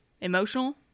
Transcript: emotional